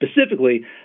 specifically